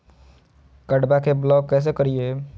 कार्डबा के ब्लॉक कैसे करिए?